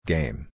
Game